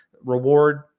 reward